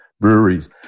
Breweries